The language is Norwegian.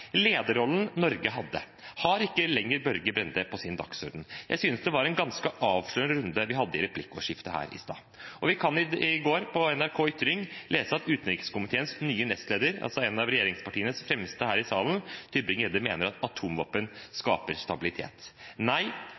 Lederrollen Norge hadde, har ikke lenger Børge Brende på sin dagsorden. Jeg synes det var en ganske avslørende runde vi hadde i replikkordskiftet her i stad. Vi kunne i går på NRK ytring lese at utenrikskomiteens nye nestleder, altså en av regjeringspartienes fremste her i salen, Tybring-Gjedde, mener at atomvåpen skaper stabilitet.